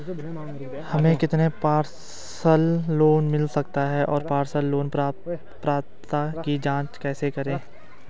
हमें कितना personal loan मिल सकता है और पर्सनल लोन पात्रता की जांच कैसे करें?